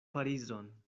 parizon